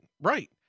right